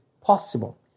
possible